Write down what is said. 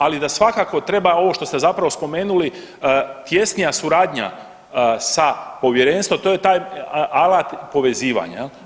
Ali da svakako treba ovo što ste zapravo spomenuli tjesnija suradnja sa povjerenstvom to je taj alat povezivanja.